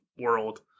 world